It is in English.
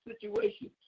situations